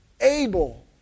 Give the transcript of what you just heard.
able